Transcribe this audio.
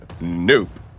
Nope